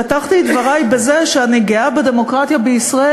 פתחתי את דברי בזה שאני גאה בדמוקרטיה בישראל,